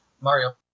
Mario